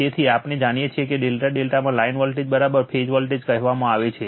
તેથી આપણે જોઈએ છીએ કે ∆∆ માં લાઇન વોલ્ટેજ ફેઝ વોલ્ટેજ કહેવામાં આવે છે